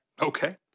Okay